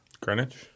Greenwich